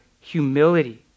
humility